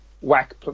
whack